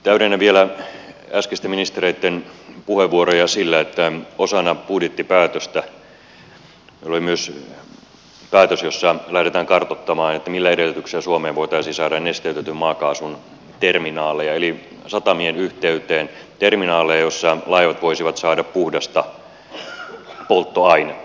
täydennän vielä äskeisten ministereitten puheenvuoroja sillä että osana budjettipäätöstä oli myös päätös jossa lähdetään kartoittamaan millä edellytyksillä suomeen voitaisiin saada nesteytetyn maakaasun terminaaleja eli satamien yhteyteen terminaaleja joissa laivat voisivat saada puhdasta polttoainetta